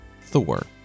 Thor